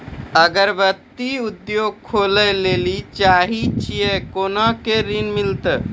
अगरबत्ती उद्योग खोले ला चाहे छी कोना के ऋण मिलत?